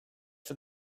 for